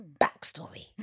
Backstory